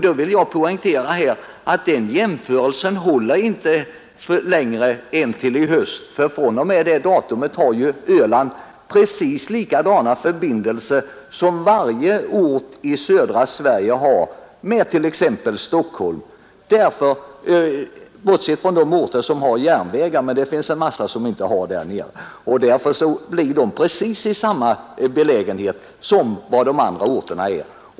Då vill jag poängtera att den jämförelsen håller inte längre än till i höst, för då får Öland precis likadana förbindeiser som varje annan ort i södra Sverige har med t.ex. Stockholm — bortsett från de orter som har järnvägar, men det finns en massa där nere som inte har det. Öland får alltså precis samma belägenhet som de andra orterna.